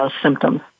symptoms